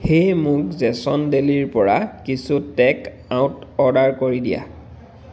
হেই মোক জেছন দেলিৰ পৰা কিছু টেক আউট অৰ্ডাৰ কৰি দিয়া